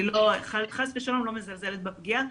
אני חס ושלום לא מזלזלת בפגיעה.